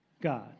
God